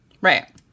Right